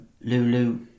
Lulu